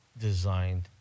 designed